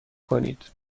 کنید